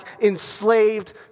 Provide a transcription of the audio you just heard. enslaved